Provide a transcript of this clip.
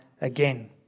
again